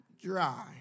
dry